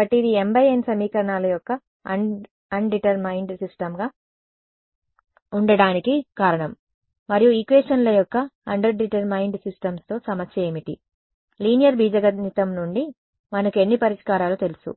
కాబట్టి ఇది m × n సమీకరణాల యొక్క అండర్డెటెర్మైన్డ్ సిస్టమ్గా ఉండటానికి కారణం మరియు ఈక్వేషన్ల యొక్క అండర్డెటెర్మైన్డ్ సిస్టమ్స్తో సమస్య ఏమిటి లీనియర్ బీజగణితం నుండి మనకు ఎన్ని పరిష్కారాలు తెలుసు